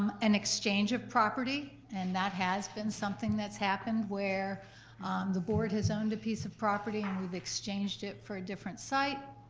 an exchange of property, and that has been something that's happened, where the board has owned a piece of property and we've exchanged it for a different site.